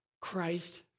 Christ